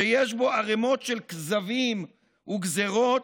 שיש בו ערמות של כזבים וגזרות,